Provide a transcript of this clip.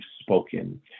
spoken